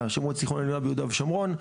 מת"ע מועצת התכנון העליונה ביהודה ושומרון,